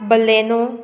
Baleno